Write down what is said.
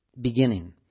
beginning